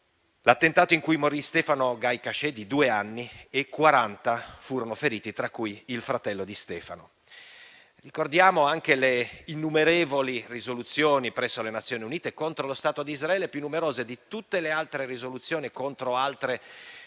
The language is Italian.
l'attentato in cui morì Stefano Gaj Taché di due anni, e 40 furono i feriti, tra cui il fratello di Stefano. Ricordiamo anche le innumerevoli risoluzioni presso le Nazioni Unite contro lo Stato di Israele, più numerose di tutte le altre risoluzioni contro altre violazioni